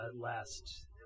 last